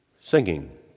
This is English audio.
singing